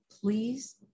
please